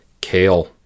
Kale